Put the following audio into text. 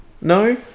No